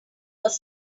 was